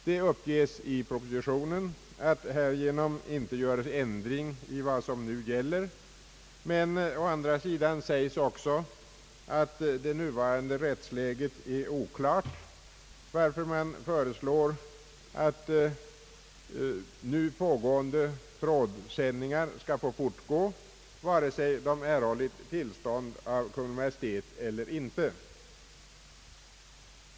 Det uppges i propositionen att härigenom inte göres ändring i vad som nu gäller, men å andra sidan sägs också att det nuvarande rättsläget är oklart, varför man föreslår att nu pågående trådsändningar skall få fortgå vare sig tillstånd till dessa erhållits av Kungl. Maj:t eller icke.